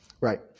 Right